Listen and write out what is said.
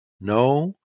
no